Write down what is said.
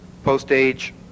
post-age